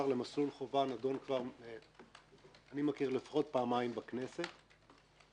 למסלול חובה נדון כבר לפחות פעמיים בכנסת שאני מכיר.